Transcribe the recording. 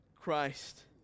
Christ